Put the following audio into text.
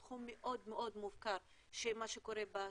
תחום מאד מאד מופקר של מה שקורה בשטח,